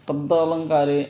शब्दालङ्कारे